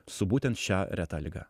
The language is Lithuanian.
su būtent šia reta liga